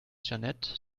jeanette